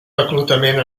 reclutament